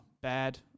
bad